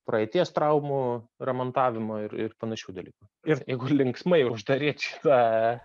praeities traumų remontavimo ir ir panašių dalykų ir jeigu linksmai uždaryt šitą